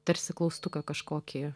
tarsi klaustuką kažkokį